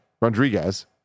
rodriguez